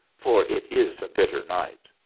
for it is a bitter night.